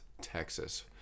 Texas